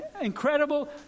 incredible